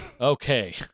Okay